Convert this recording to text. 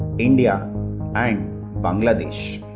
india and bangladesh.